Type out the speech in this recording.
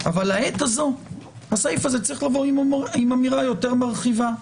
אבל לעת הזו הסעיף הזה צריך לבוא עם אמירה מרחיבה יותר,